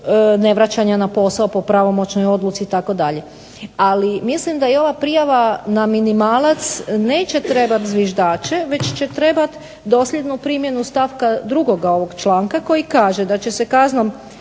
navraćanja na posao po pravomoćnoj odluci itd. Ali mislim da i ova prijava na minimalac neće trebati zviždače, već će trebati dosljednu primjenu stavka 2. ovog članka koji kaže da će se kaznom